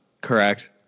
correct